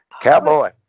Cowboy